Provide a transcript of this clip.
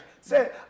Say